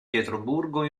pietroburgo